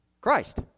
Christ